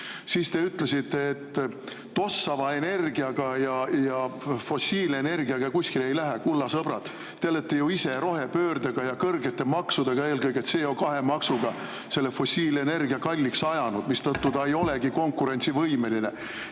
siis te ütlesite, et tossava energiaga ja fossiilenergiaga kuskile ei [jõua]. Kulla sõbrad, te olete ju ise rohepöördega ja kõrgete maksudega, eelkõige CO2-maksuga selle fossiilenergia kalliks ajanud, mistõttu ta ei olegi konkurentsivõimeline.